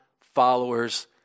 followers